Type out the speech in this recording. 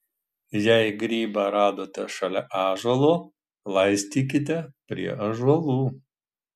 jei grybą radote šalia ąžuolo laistykite prie ąžuolų